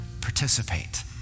participate